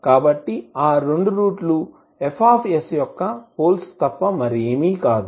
కాబట్టి ఆ రెండు రూట్ లు Fs యొక్క పోల్స్ తప్ప మరేమీ కాదు